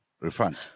refund